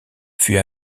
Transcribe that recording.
fut